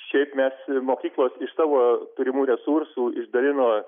šiaip mes mokyklos iš savo turimų resursų išdalino